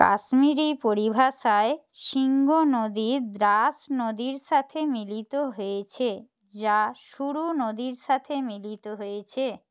কাশ্মীরি পরিভাষায় শিঙ্গো নদী দ্রাস নদীর সাথে মিলিত হয়েছে যা সুরু নদীর সাথে মিলিত হয়েছে